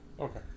Okay